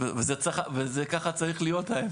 וזה ככה צריך להיות.